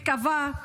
אני מקווה,